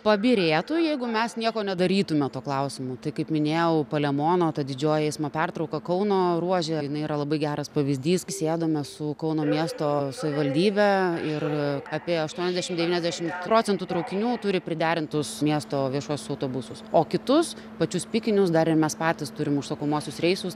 pabyrėtų jeigu mes nieko nedarytume tuo klausimu tai kaip minėjau palemono ta didžioji eismo pertrauka kauno ruože jinai yra labai geras pavyzdys sėdome su kauno miesto savivaldybe ir apie aštuoniasdešim devyniasdešim procentų traukinių turi priderintus miesto viešuosius autobusus o kitus pačius pikinius dar ir mes patys turim užsakomuosius reisus